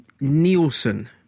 Nielsen